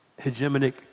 hegemonic